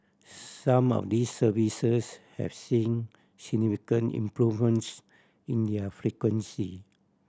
some of these services have seen significant improvements in their frequency